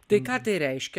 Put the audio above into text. tai ką tai reiškia